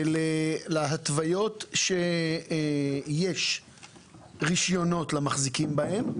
להתוויות שיש רישיונות למחזיקים בהן